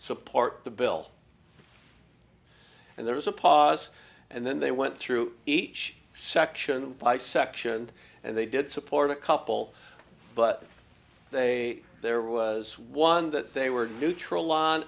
support the bill and there was a pause and then they went through each section by section and they did support a couple but they there was one that they were neutral on